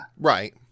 right